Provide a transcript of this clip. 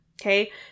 Okay